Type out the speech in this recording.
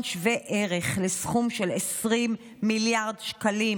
שווה ערך לסכום של 20 מיליארד שקלים,